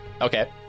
Okay